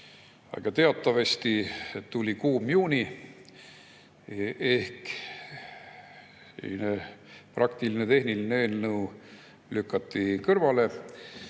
Aga teatavasti tuli kuum juuni ehk praktiline, tehniline eelnõu lükati kõrvale